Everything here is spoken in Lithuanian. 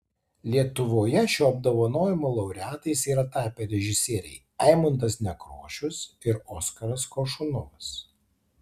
lietuvoje šio apdovanojimo laureatais yra tapę režisieriai eimuntas nekrošius ir oskaras koršunovas